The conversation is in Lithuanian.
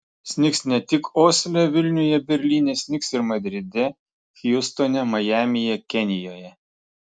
snigs ne tik osle vilniuje berlyne snigs ir madride hjustone majamyje kenijoje